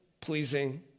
pleasing